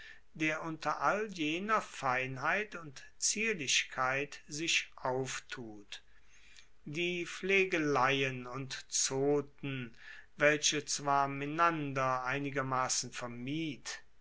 der unter all jener feinheit und zierlichkeit sich auftut die flegeleien und zoten welche zwar menander einigermassen vermied